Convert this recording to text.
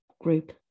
group